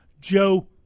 Joe